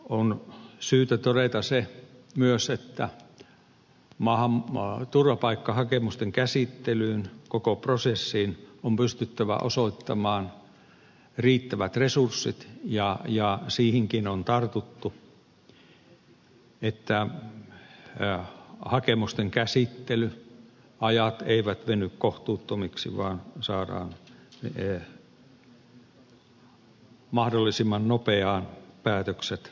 on syytä todeta se myös että turvapaikkahakemusten käsittelyyn koko prosessiin on pystyttävä osoittamaan riittävät resurssit ja siihenkin on tartuttu että hakemusten käsittelyajat eivät veny kohtuuttomiksi vaan saadaan mahdollisimman nopeaan päätökset aikaan